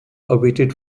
awaited